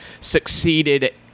succeeded